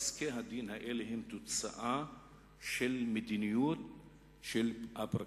פסקי-הדין האלה הם תוצאה של מדיניות הפרקליטות.